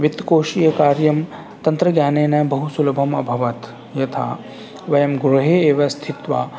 वित्तकोशीयकार्यं तन्त्रज्ञानेन बहुसुलभम् अभवत् यथा वयं गृहे एव स्थित्वा